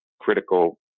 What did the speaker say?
critical